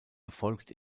erfolgt